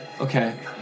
Okay